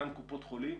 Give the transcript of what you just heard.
אותן קופות חולים,